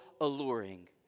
alluring